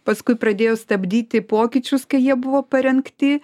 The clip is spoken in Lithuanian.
paskui pradėjo stabdyti pokyčius kai jie buvo parengti